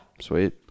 Sweet